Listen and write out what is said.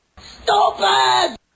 Stupid